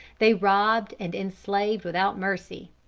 they robbed and enslaved without mercy.